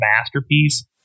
masterpiece